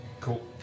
Cool